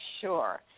sure